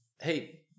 Hey